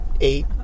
eight